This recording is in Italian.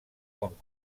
con